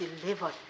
delivered